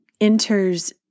enters